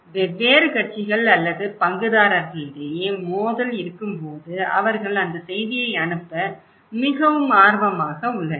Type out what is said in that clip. வெவ்வேறு கட்சிகள் அல்லது பங்குதாரர்களிடையே மோதல் இருக்கும்போது அவர்கள் அந்த செய்தியை அனுப்ப மிகவும் ஆர்வமாக உள்ளனர்